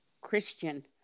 Christian